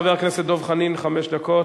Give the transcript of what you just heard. חבר הכנסת דב חנין, חמש דקות.